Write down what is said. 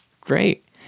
great